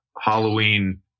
Halloween